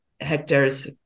hectares